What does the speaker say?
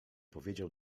powiedział